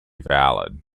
valid